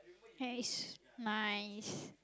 hair is nice